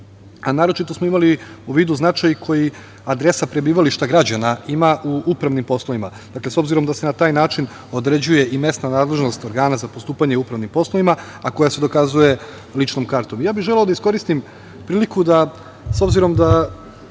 a naročito smo imali u vidu značaj koji adresa prebivalšta građana ima u upravnim poslovima, s obzirom da se na taj način određuje i mesna nadležnost organa za postupanje u upravnim poslovima, a koja se dokazuje ličnom kartom. Ja bih želeo da iskoristim priliku da, s obzirom da